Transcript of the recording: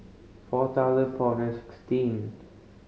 four thousand four hundred sixteen